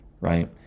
right